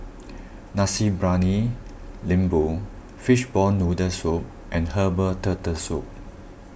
Nasi Briyani Lembu Fishball Noodle Soup and Herbal Turtle Soup